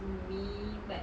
me but